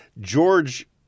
George